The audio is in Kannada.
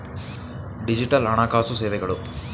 ಡಿಜಿಟಲ್ ಹಣಕಾಸು ಸೇವೆಗಳು